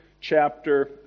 chapter